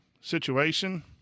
situation